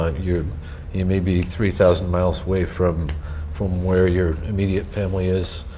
ah you you may be three thousand miles away from from where your immediate family is.